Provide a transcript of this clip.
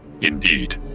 Indeed